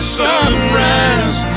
sunrise